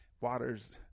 Water's